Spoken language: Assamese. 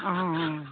অঁ অঁ